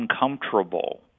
uncomfortable